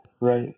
Right